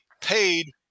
paid